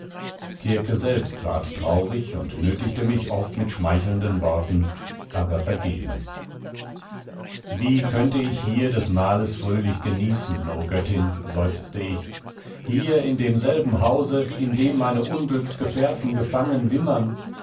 selbst ward traurig und nötigte mich oft mit schmeichelnden worten aber vergebens wie könnte ich hier des mahles fröhlich genießen o göttin seufzte ich hier in demselben hause in dem meine unglücksgefährten gefangen wimmern